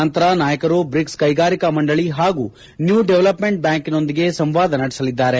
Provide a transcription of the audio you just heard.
ನಂತರ ನಾಯಕರು ಬ್ರಿಕ್ಸ್ ಕೈಗಾರಿಕಾ ಮಂಡಳಿ ಹಾಗೂ ನ್ಯೂ ಡೆವಲ್ಪೆಂಟ್ ಬ್ಯಾಂಕ್ನೊಂದಿಗೆ ಸಂವಾದ ನಡೆಸಲಿದ್ದಾರೆ